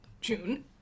june